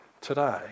Today